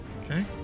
Okay